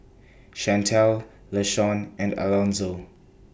Shantell Lashawn and Alonzo